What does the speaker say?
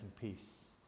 peace